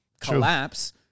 collapse